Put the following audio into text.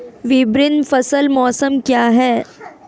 विभिन्न फसल मौसम क्या हैं?